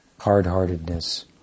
hard-heartedness